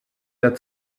der